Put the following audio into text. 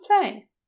play